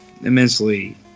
immensely